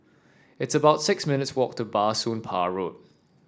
it's about six minutes' walk to Bah Soon Pah Road